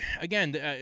Again